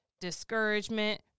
discouragement